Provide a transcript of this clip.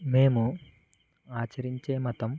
మేము ఆచరించే మతం